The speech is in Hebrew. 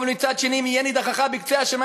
אבל מצד שני: "אם יהיה נדחך בקצה השמים,